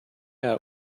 out